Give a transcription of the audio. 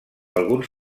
alguns